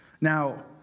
Now